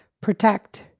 protect